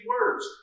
words